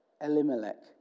Elimelech